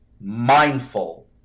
mindful